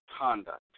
conduct